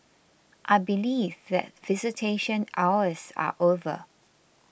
I believe that visitation hours are over